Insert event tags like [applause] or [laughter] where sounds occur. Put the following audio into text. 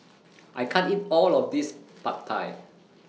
[noise] I can't eat All of This Pad Thai